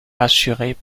assurée